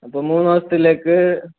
അപ്പോൾ മൂന്നുദിവസത്തിലേക്ക്